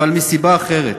אבל מסיבה אחרת.